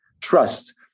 trust